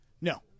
No